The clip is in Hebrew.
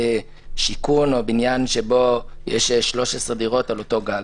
שיכון או בניין שבו יש 13 דירות על אותו גג,